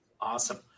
Awesome